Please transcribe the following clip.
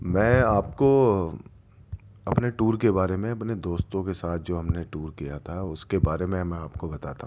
میں آپ کو اپنے ٹور کے بارے میں اپنے دوستوں کے ساتھ جو ہم نے ٹور کیا تھا اس کے بارے میں میں آپ کو بتاتا ہوں